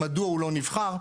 זה לא משרת אמון.